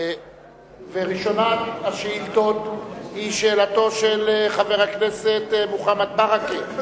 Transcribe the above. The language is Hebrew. ראשונת השאילתות היא שאלתו של חבר הכנסת מוחמד ברכה,